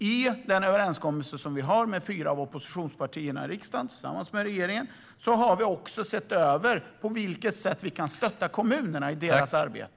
I den överenskommelse som regeringen har med fyra av oppositionspartierna i riksdagen har vi även sett över på vilket sätt vi kan stötta kommunerna i deras arbete.